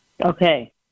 Okay